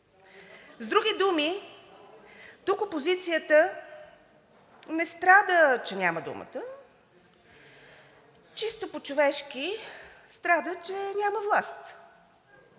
С други думи, тук опозицията не страда, че няма думата. Чисто по човешки страда, че няма власт.